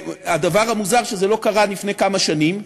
הדבר המוזר, שזה לא קרה לפני כמה שנים,